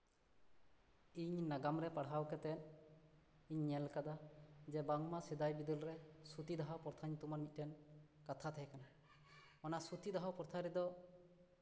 ᱤᱧ ᱱᱟᱜᱟᱢ ᱨᱮ ᱯᱟᱲᱦᱟᱣ ᱠᱟᱛᱮᱫ ᱤᱧ ᱧᱮᱞ ᱟᱠᱟᱫᱟ ᱡᱮ ᱵᱟᱝᱢᱟ ᱥᱮᱫᱟᱭ ᱵᱤᱫᱟᱹᱞ ᱨᱮ ᱥᱚᱛᱤᱫᱟᱦᱚ ᱯᱨᱚᱛᱷᱟ ᱢᱤᱫᱴᱮᱱ ᱠᱟᱛᱷᱟ ᱛᱟᱦᱮᱸ ᱠᱟᱱᱟ ᱚᱱᱟ ᱥᱚᱛᱤᱫᱟᱦᱚ ᱯᱨᱚᱛᱷᱟ ᱨᱮᱫᱚ